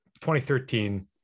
2013